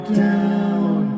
down